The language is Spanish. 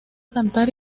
cantar